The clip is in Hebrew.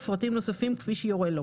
ופרטים נוספים כפי שיורה לו: